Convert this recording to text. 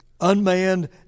Unmanned